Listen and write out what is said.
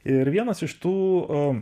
ir vienas iš tų